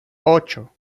ocho